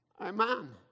Amen